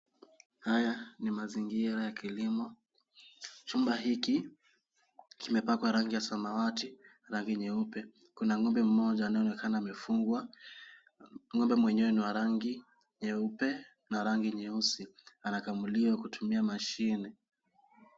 Haya ni mazingira ya kilimo. Chumba hiki kimepakwa rangi ya samawati rangi nyeupe. Kuna ng'ombe mmoja anaeonekana amefugwa.Ng'ombe mwenyewe ni wa rangi nyeupe na rangi nyeusi anakamuliwa kutumia mashine.